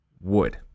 wood